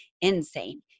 insane